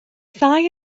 ddau